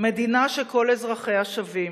מדינה שכל אזרחיה שווים.